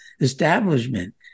establishment